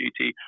GT